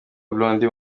blondy